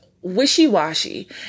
wishy-washy